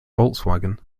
volkswagen